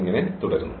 ഇങ്ങനെ തുടരുന്നു